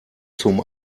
zum